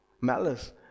Malice